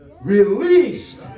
released